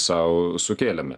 sau sukėlėme